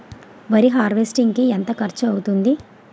వరి హార్వెస్టింగ్ కి ఎంత ఖర్చు అవుతుంది?